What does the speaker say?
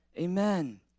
Amen